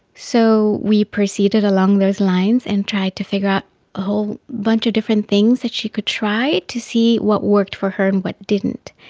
so we proceeded along those lines and tried to figure out a whole bunch of different things that she could try to see what worked for her and what didn't.